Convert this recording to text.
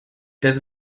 des